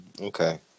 okay